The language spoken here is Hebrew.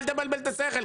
אל תבלבל את השכל.